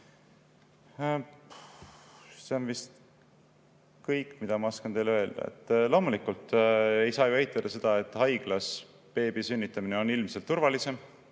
on vist kõik, mida ma oskan teile öelda. Loomulikult ei saa ju eitada seda, et haiglas beebi sünnitamine on ilmselt turvalisem.